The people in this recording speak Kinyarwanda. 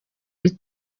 iri